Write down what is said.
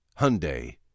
Hyundai